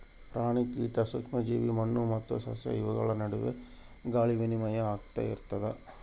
ಪ್ರಾಣಿ ಕೀಟ ಸೂಕ್ಷ್ಮ ಜೀವಿ ಮಣ್ಣು ಮತ್ತು ಸಸ್ಯ ಇವುಗಳ ನಡುವೆ ಗಾಳಿ ವಿನಿಮಯ ಆಗ್ತಾ ಇರ್ತದ